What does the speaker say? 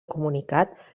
comunicat